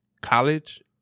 college